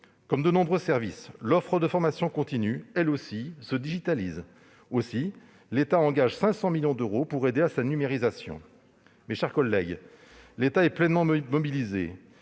Comme de nombreux services, l'offre de formation continue se digitalise. Aussi l'État engage-t-il 500 millions d'euros pour aider à sa numérisation. Mes chers collègues, l'État est pleinement mobilisé